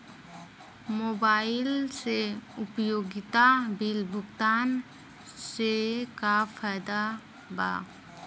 Mobile से उपयोगिता bill भुगतान से का फायदा बा?